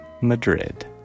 Madrid